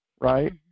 right